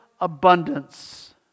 abundance